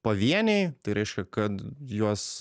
pavieniai tai reiškia kad juos